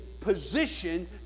position